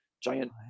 giant